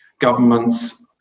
governments